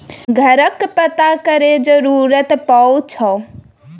auto loan लेबा लेल अपन पहचान पत्र आ घरक पता केर जरुरत परै छै